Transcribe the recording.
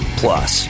plus